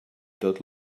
tot